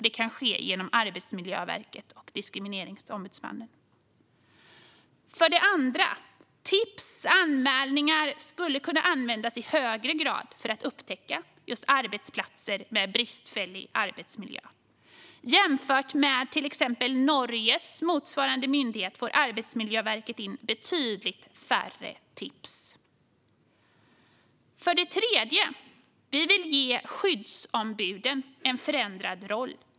Det kan ske genom Arbetsmiljöverket och Diskrimineringsombudsmannen. För det andra: Tips och anmälningar skulle kunna användas i högre grad för att upptäcka arbetsplatser med bristfällig arbetsmiljö. Jämfört med till exempel Norges motsvarande myndighet får Arbetsmiljöverket in betydligt färre tips. För det tredje vill vi ge skyddsombuden en förändrad roll.